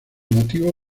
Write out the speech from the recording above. motivo